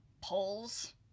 polls